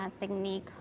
technique